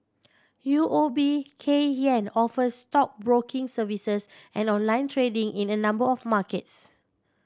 U O B Kay Hian offers stockbroking services and online trading in a number of markets